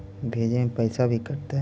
भेजे में पैसा भी कटतै?